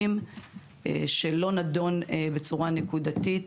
המבנים הטרומיים שלא נדון בצורה נקודתית